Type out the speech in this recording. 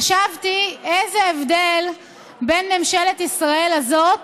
חשבתי: איזה הבדל בין ממשלת ישראל הזאת